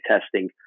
testing